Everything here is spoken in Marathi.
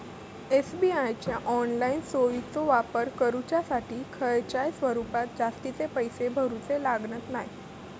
एस.बी.आय च्या ऑनलाईन सोयीचो वापर करुच्यासाठी खयच्याय स्वरूपात जास्तीचे पैशे भरूचे लागणत नाय